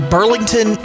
Burlington